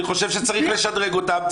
אני חושב שצריך לשדרג אותן,